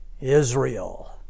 Israel